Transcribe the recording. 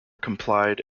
complied